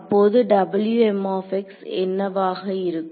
அப்போது என்னவாக இருக்கும்